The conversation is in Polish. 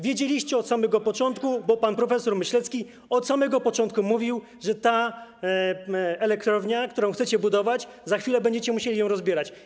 Wiedzieliście od samego początku, bo pan prof. Myślecki od samego początku mówił, że tę elektrownię, którą chcecie budować, za chwilę będziecie musieli rozbierać.